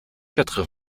quatre